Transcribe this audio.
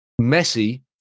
Messi